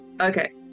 Okay